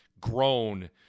grown